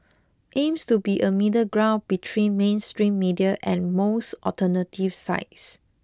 aims to be a middle ground between mainstream media and most alternative sites